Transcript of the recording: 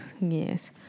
yes